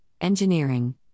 engineering